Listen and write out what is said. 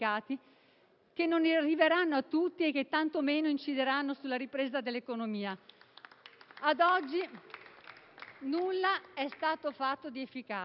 che non arriveranno a tutti e che tanto meno incideranno sulla ripresa dell'economia. A oggi non è stato fatto nulla di efficace.